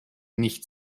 nicht